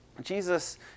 Jesus